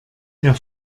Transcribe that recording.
der